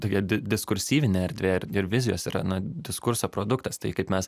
tokia diskursyvinė erdvė ir ir vizijos yra na diskurso produktas tai kaip mes